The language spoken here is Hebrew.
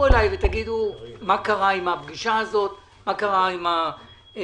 אלי ותאמרו מה קרה בפגישה הזאת ומה התוצאות.